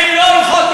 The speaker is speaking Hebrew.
הן לא הולכות,